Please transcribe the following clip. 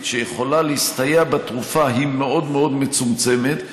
שיכולה להסתייע בתרופה היא מאוד מאוד מצומצמת,